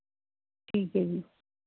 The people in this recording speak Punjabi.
ਠੀਕ ਹੈ ਜੀ